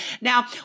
Now